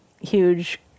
huge